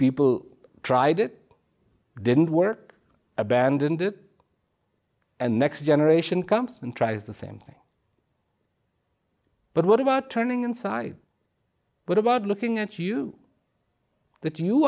people tried it didn't work abandoned it and next generation comes and tries the same thing but what about turning inside what about looking at you that you